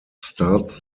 starts